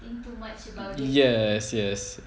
yes yes